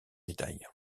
détails